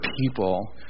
people